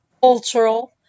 cultural